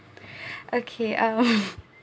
okay um